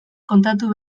kontatu